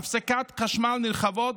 היו הפסקות חשמל נרחבות,